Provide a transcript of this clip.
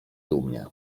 dumnie